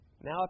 now